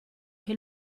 che